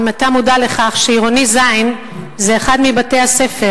אם אתה מודע לכך שעירוני ז' זה אחד מבתי-הספר